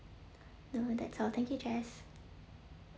no that's all thank you jess